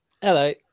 hello